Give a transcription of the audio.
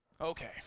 Okay